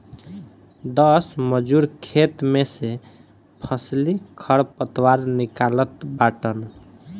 दस मजूर खेते में से फसली खरपतवार निकालत बाटन